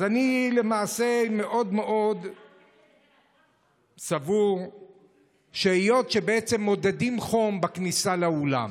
אז אני למעשה מאוד מאוד סבור שהיות שמודדים חום בכניסה לאולם